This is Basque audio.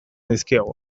dizkiegu